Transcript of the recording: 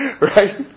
Right